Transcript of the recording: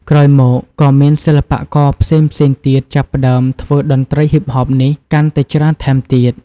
ក្រោយមកក៏មានសិល្បៈករផ្សេងៗទៀតចាប់ផ្តើមធ្វើតន្រ្តីហ៊ីបហបនេះកាន់តែច្រើនថែមទៀត។